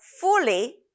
fully